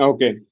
Okay